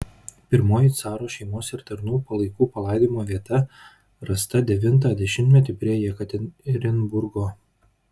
pirmoji caro šeimos ir tarnų palaikų palaidojimo vieta rasta devintą dešimtmetį prie jekaterinburgo